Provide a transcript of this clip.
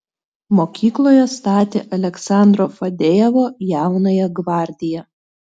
mokykloje statė aleksandro fadejevo jaunąją gvardiją